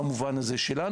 במובן הזה שלנו.